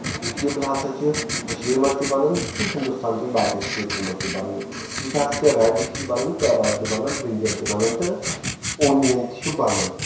vegetable ہسا چھِ کٔشیٖر منٛز تہِ بنان تہٕ ہندوستان چٮ۪ن باقین سٹیٹن منٛز تہِ بنان ییٚتہِ ہسا چھِ ریڈش تہِ بنان کیرٹ تہِ بنان برٛجل تہِ بنان تہٕ اونین تہِ چھُ بنان